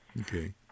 Okay